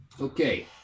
Okay